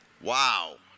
Wow